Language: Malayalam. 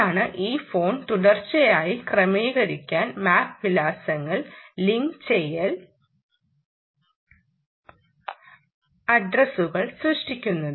അതാണ് ഈ ഫോൺ തുടർച്ചയായി ക്രമരഹിതമായ MAC വിലാസങ്ങൾ ലിങ്ക് ലെയർ അഡ്രസുകൾ സൃഷ്ടിക്കുന്നത്